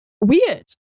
weird